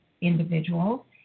individuals